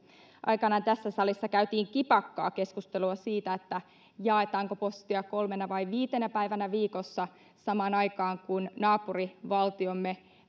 aikanaan tässä salissa käytiin kipakkaa keskustelua siitä jaetaanko postia kolmena vai viitenä päivänä viikossa samaan aikaan kun naapurivaltiomme